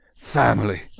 Family